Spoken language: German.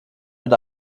mit